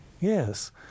Yes